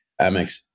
Amex